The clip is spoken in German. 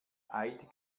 eid